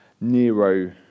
Nero